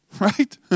Right